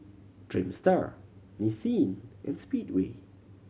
Dreamster Nissin and Speedway